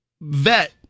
vet